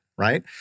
Right